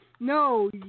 No